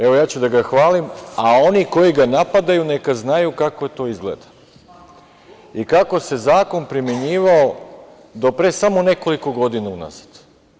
Evo, ja ću da ga hvalim, a oni koji ga napadaju neka znaju kako to izgleda i kako se zakon primenjivao do pre samo nekoliko godina unazad.